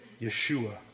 Yeshua